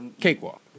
Cakewalk